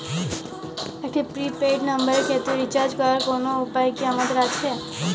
একটি prepaid নম্বরের ক্ষেত্রে রিচার্জ করার কোনো উপায় কি আমাদের আছে?